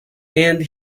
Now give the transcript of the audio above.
and